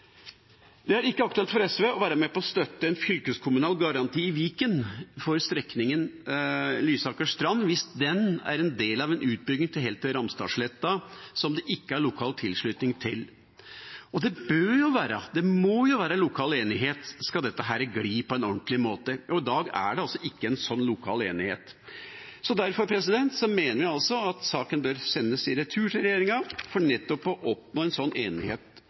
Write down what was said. å støtte en fylkeskommunal garanti i Viken for strekningen Lysaker–Strand hvis den er en del av en utbygging helt til Ramstadsletta som det ikke er lokal tilslutning til. Og det bør jo være, det må jo være, lokal enighet hvis dette skal gli på en ordentlig måte, og i dag er det altså ikke en sånn lokal enighet. Derfor mener vi at saken bør sendes i retur til regjeringa for nettopp å oppnå en sånn enighet